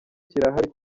kirahari